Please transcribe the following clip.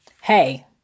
hey